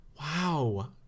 Wow